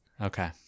Okay